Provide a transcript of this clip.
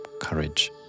courage